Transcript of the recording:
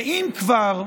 ואם כבר,